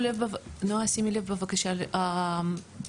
אף אחד לא רוצה לעצור את התהליך.